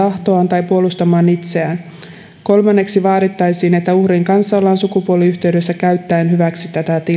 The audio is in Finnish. tai ilmaisemaan tahtoaan tai puolustamaan itseään kolmanneksi vaadittaisiin että uhrin kanssa ollaan sukupuoliyhteydessä käyttäen hyväksi tätä tilaa henkinen kypsymättömyys